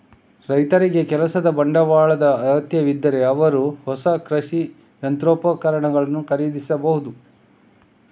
ರೈತರಿಗೆ ಕೆಲಸದ ಬಂಡವಾಳದ ಅಗತ್ಯವಿದ್ದರೆ ಅವರು ಹೊಸ ಕೃಷಿ ಯಂತ್ರೋಪಕರಣಗಳನ್ನು ಖರೀದಿಸಬಹುದು